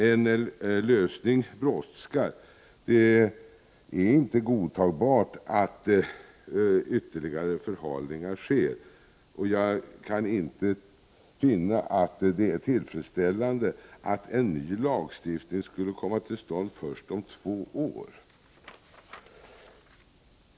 En lösning brådskar. Det är inte godtagbart att ytterligare förhalningar sker, och jag kan inte finna att det är tillfredsställande att en ny lagstiftning skulle komma till stånd först om två år.